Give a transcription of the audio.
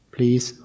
Please